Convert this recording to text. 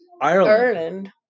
Ireland